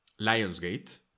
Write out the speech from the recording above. Lionsgate